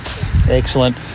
excellent